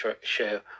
share